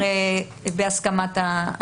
כי זה הצעת חוק שלהן.